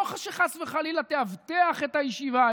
לא שחס וחלילה תאבטח את הישיבה,